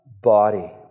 body